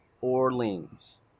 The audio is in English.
Orleans